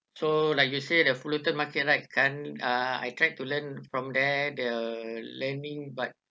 so like you say the fullerton market right kan uh I tried to learn from there the learning but